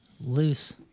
Loose